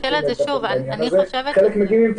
זה הסעיף הקיים.